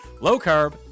low-carb